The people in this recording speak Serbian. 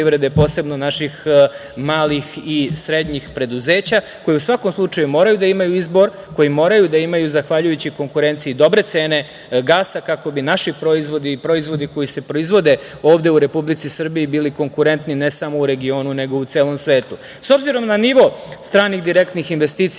posebno naših malih i srednjih preduzeća, koji u svakom slučaju moraju da imaju izbor, koji moraju da imaju zahvaljujući konkurenciji dobre cene gasa, kako bi naši proizvodi i proizvodi koji se proizvode ovde u Republici Srbiji bili konkurentni ne samo u regionu, nego u celom svetu.S obzirom na nivo stranih direktnih investicija